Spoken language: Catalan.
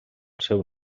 seu